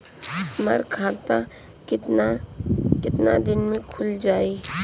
हमर खाता कितना केतना दिन में खुल जाई?